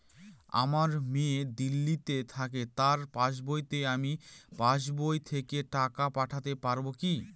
আমার মেয়ে দিল্লীতে থাকে তার পাসবইতে আমি পাসবই থেকে টাকা পাঠাতে পারব কি?